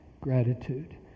gratitude